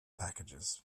packages